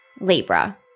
Libra